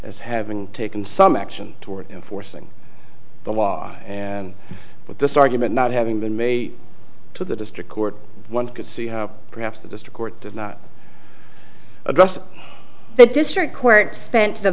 as having taken some action toward enforcing the law and with this argument not having been made to the district court one could see how perhaps the district court did not address the district court spent the